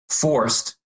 forced